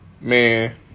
man